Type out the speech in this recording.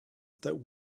that